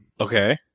Okay